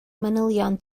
manylion